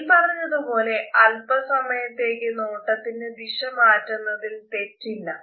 മേല്പറഞ്ഞതു പോലെ അല്പസയത്തേക്ക് നോട്ടത്തിന്റെ ദിശ മാറ്റുന്നതിൽ തെറ്റില്ല